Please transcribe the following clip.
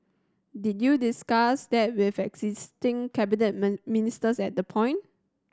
did you discuss that with existing cabinet ministers at that point